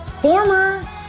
former